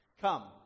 Come